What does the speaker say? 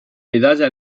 medalla